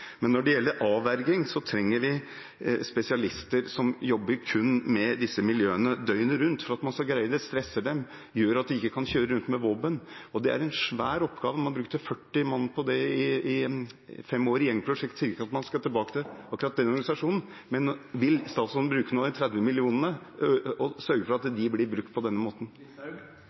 men når det gjelder avverging, trenger vi spesialister som jobber kun med disse miljøene, døgnet rundt, for å kunne greie det. Man må stresse dem og gjøre slik at de ikke kan kjøre rundt med våpen. Det er en svær oppgave. Man brukte 40 personer til det i fem år i gjengprosjektet. Jeg sier ikke at man skal tilbake til akkurat den typen organisering, men vil statsråden bruke noen av de 30 mill. kr og sørge for at de midlene blir brukt på denne måten?